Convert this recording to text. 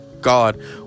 god